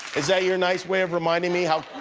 is that your nice way of reminding me how